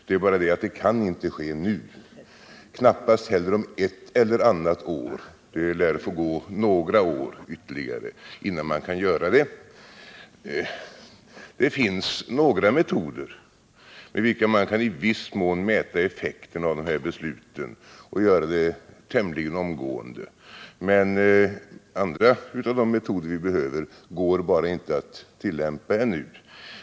Det är bara det att det inte kan ske nu och knappast heller om ett eller annat år. Det lär få gå några år ytterligare innan man kan göra det. Det finns några metoder med vilka man kan i viss mån mäta effekten av de här besluten och göra det tämligen omgående, men andra metoder vi behöver går bara inte att tillämpa ännu.